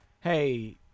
hey